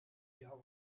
java